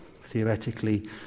theoretically